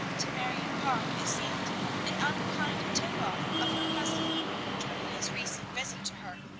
to marion parke it seemed an unkind take-off of her cousin during his recent visit to her.